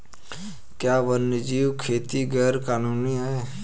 क्या वन्यजीव खेती गैर कानूनी है?